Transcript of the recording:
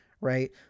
right